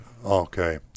Okay